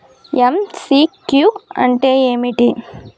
MCQ అంటే ఏమిటి?